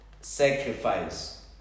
sacrifice